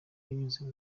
binyuze